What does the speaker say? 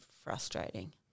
frustrating